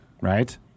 right